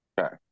Okay